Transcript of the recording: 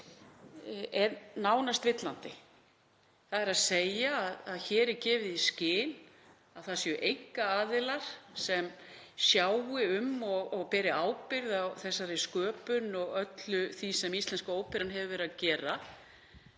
nánast villandi, þ.e. hér er gefið í skyn að það séu einkaaðilar sem sjái um og beri ábyrgð á þessari sköpun og öllu því sem Íslenska óperan hefur verið að gera.